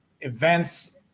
events